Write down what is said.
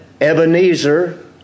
Ebenezer